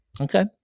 Okay